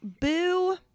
Boo